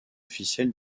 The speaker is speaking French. officiel